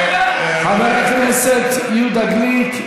חבר הכנסת יהודה גליק,